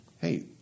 Hey